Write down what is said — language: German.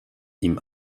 ihm